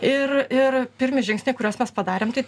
ir ir pirmi žingsniai kuriuos mes padarėm tai